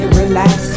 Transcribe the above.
relax